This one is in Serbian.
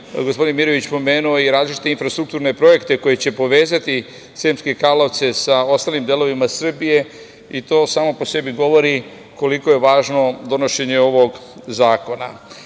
gospodin Mirović pomenuo i različite infrastrukturne projekte koji će povezati Sremske Karlovce sa ostalim delovima Srbije i to samo po sebi govori koliko je važno donošenje ovog zakona.